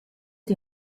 die